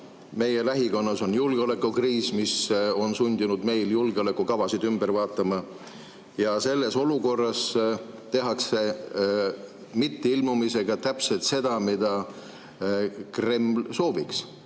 Meie lähikonnas on julgeolekukriis, mis on sundinud meid julgeolekukavasid ümber vaatama. Ja selles olukorras tehakse mitteilmumisega täpselt seda, mida Kreml sooviks: